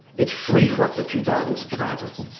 it's free for up to two thousand subscribers.